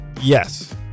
Yes